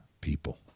people